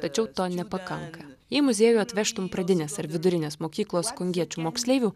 tačiau to nepakanka jei į muziejų atvežtum pradinės ar vidurinės mokyklos kongiečių moksleivių